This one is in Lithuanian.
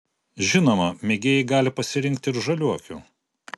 žinoma mėgėjai gali pasirinkti ir žaliuokių